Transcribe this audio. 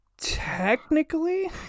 Technically